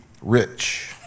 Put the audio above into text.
rich